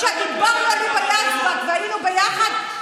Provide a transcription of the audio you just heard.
כשדיברנו על היבה יזבק והיינו ביחד,